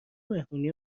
مهمونی